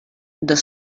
dos